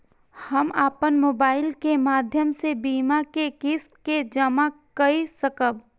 हम अपन मोबाइल के माध्यम से बीमा के किस्त के जमा कै सकब?